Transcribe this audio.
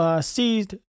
seized